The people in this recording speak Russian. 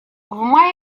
мае